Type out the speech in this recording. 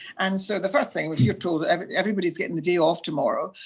and so the first thing, if you're told everybody is getting the day off tomorrow,